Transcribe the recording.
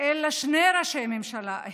אלא שני ראשי ממשלה,